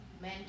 men